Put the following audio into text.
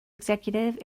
executive